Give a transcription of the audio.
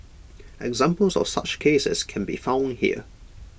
examples of such cases can be found here